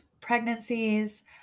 pregnancies